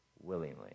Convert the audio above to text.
willingly